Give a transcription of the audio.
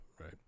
Right